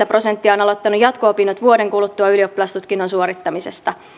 prosenttia on aloittanut jatko opinnot vuoden kuluttua ylioppilastutkinnon suorittamisesta